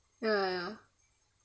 ya ya ya